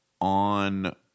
on